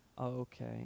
Okay